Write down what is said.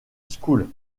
school